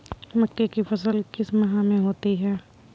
मक्के की फसल किस माह में होती है?